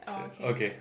okay